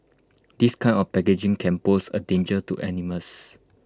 this kind of packaging can pose A danger to animals